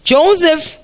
Joseph